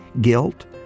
guilt